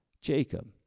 Jacob